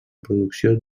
producció